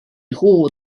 nhw